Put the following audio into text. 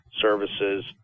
services